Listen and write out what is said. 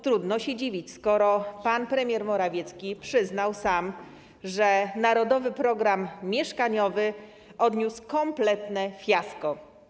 Trudno się dziwić, skoro pan premier Morawiecki sam przyznał, że „Narodowy program mieszkaniowy” poniósł kompletne fiasko.